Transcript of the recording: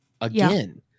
again